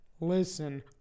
Listen